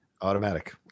Automatic